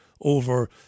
over